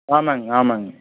ஆமாங்க ஆமாங்க